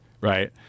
right